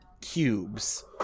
cubes